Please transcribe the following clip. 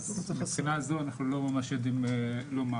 אז מהבחינה הזאת אנחנו לא ממש יודעים לומר.